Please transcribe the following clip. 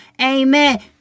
Amen